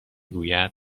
گوید